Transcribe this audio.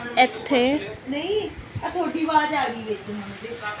ਇੱਥੇ